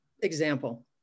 example